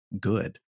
good